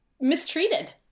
mistreated